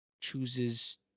chooses